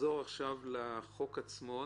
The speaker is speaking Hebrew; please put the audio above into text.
נחזור לחוק עצמו.